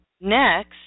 next